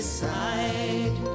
side